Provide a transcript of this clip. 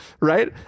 Right